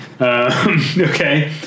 okay